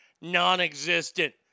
Non-existent